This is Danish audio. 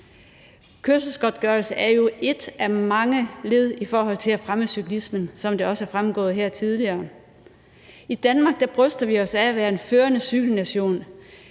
Kørselsgodtgørelse er jo et af mange led i forhold til at fremme cyklismen, som det også er fremgået her tidligere. I Danmark bryster vi os af at være en førende cykelnation,